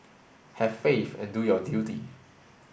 have faith and do your duty